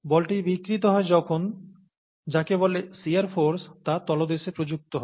বলটি বিকৃত হয় যখন যাকে বলে শিয়ার ফোর্স তা তলদেশে প্রযুক্ত হয়